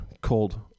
called